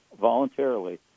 voluntarily